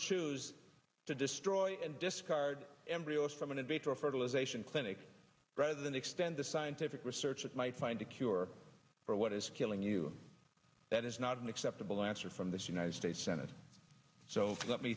choose to destroy and discard embryos from an invader fertilization clinic rather than extend the scientific research that might find a cure for what is killing you that is not an acceptable answer from the united states senate so let me